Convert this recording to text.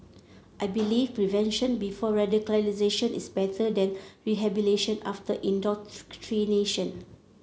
I believe prevention before radicalisation is better than rehabilitation after indoctrination